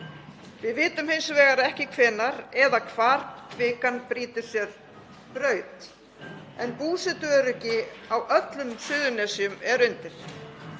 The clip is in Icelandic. Við vitum hins vegar ekki hvenær eða hvar kvikan brýtur sér braut en búsetuöryggi á öllum Suðurnesjum er undir.